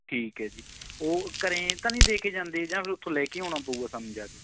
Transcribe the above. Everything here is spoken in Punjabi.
ਠੀਕ ਹੈ ਜੀ ਉਹ ਘਰ ਤਾਂ ਨਹੀਂ ਦੇ ਕੇ ਜਾਂਦੇ ਜਾਂ ਫਿਰ ਉੱਥੋਂ ਲੈ ਕੇ ਆਉਣਾ ਪਊਗਾ ਸਾਨੂੰ ਜਾ ਕੇ